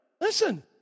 Listen